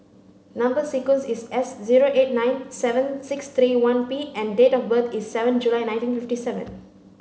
number sequence is S zero eight nine seven six three one P and date of birth is seven July nineteen fifty seven